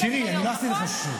שירי, אני לא עשיתי לך "ששש".